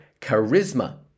charisma